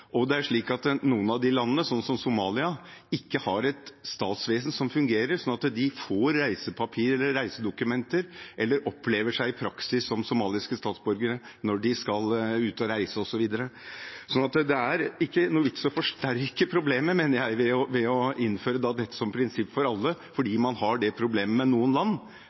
eller reisedokumenter og i praksis oppleve seg som somaliske statsborgere når de skal ut og reise, osv. Så det er ingen vits i å forsterke problemet, mener jeg, ved å innføre dette som et prinsipp for alle fordi man har det problemet med noen land,